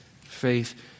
faith